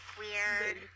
weird